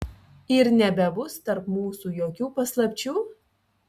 ir nebebus tarp mūsų jokių paslapčių